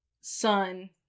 son